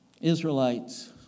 Israelites